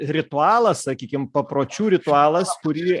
ritualas sakykim papročių ritualas kurį